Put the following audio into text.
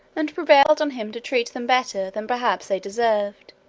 and prevailed on him to treat them better than perhaps they deserved,